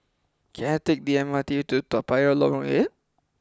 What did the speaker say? can I take the M R T to Toa Payoh Lorong eight